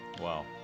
Wow